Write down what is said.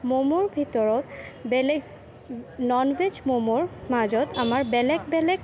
ম'ম'ৰ ভিতৰত বেলেগ ননভেজ ম'ম'ৰ মাজত আমাৰ বেলেগ বেলেগ